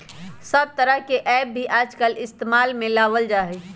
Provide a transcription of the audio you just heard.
सब तरह के ऐप भी आजकल इस्तेमाल में लावल जाहई